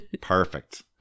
Perfect